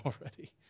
already